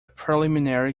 preliminary